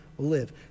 live